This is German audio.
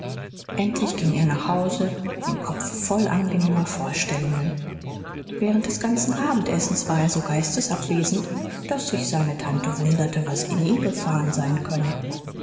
endlich ging er nach hause den kopf voll angenehmer vorstellungen während des ganzen abendessens war er so geistesabwesend daß sich seine tante wunderte was in ihn gefahren sein könne